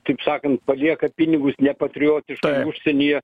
taip sakant palieka pinigus nepatriotiškai užsienyje